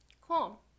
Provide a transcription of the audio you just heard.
Cool